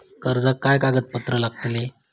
कर्जाक काय कागदपत्र लागतली?